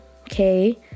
okay